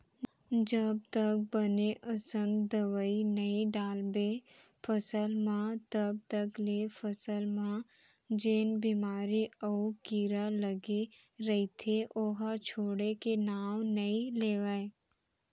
जब तक बने असन दवई नइ डालबे फसल म तब तक ले फसल म जेन बेमारी अउ कीरा लगे रइथे ओहा छोड़े के नांव नइ लेवय